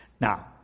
Now